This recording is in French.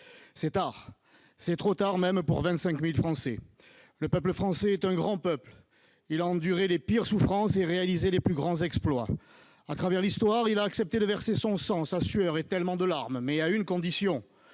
C'est tard, c'est même trop tard pour 25 000 Français ! Le peuple français est un grand peuple. Il a enduré les pires souffrances et réalisé les plus grands exploits. À travers l'histoire, il a accepté de verser son sang, sa sueur et tellement de larmes, mais à une condition